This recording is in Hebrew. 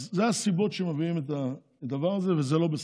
אלה הסיבות לכך שמביאים את הדבר הזה, וזה לא בסדר.